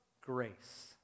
grace